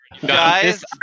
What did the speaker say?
Guys